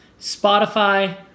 Spotify